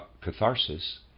catharsis